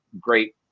great